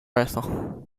racer